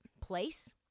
place